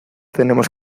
tenemos